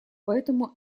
потом